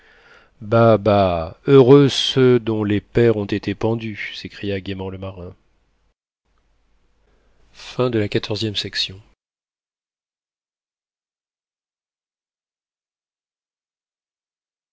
heureux ceux dont les pères ont été pendus s'écria gaiement le marin